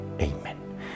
Amen